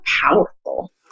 powerful